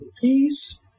peace